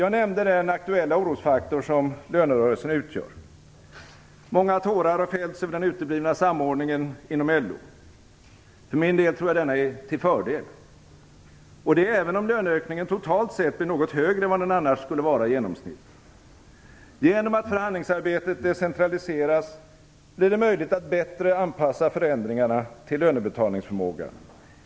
Jag nämnde den aktuella orosfaktor som lönerörelsen utgör. Många tårar har fällts över den uteblivna samordningen inom LO. För min del tror jag denna är till fördel, och det även om löneökningen totalt sett blir något högre än vad den annars skulle ha varit i genomsnitt. Genom att förhandlingsarbetet decentraliseras blir det möljligt att bättre anpassa förändringarna till lönebetalningsförmågan.